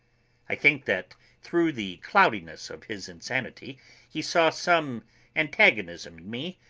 i think that through the cloudiness of his insanity he saw some antagonism in me,